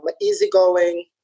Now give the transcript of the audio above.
easygoing